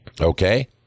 okay